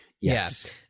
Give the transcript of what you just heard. yes